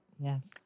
Yes